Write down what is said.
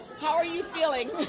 how are you feeling?